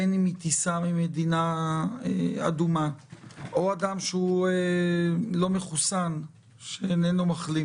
בין אם מטיסה או ממדינה אדומה או אדם שהוא לא מחוסן שאיננו מחלים: